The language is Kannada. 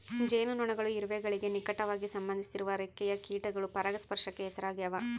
ಜೇನುನೊಣಗಳು ಇರುವೆಗಳಿಗೆ ನಿಕಟವಾಗಿ ಸಂಬಂಧಿಸಿರುವ ರೆಕ್ಕೆಯ ಕೀಟಗಳು ಪರಾಗಸ್ಪರ್ಶಕ್ಕೆ ಹೆಸರಾಗ್ಯಾವ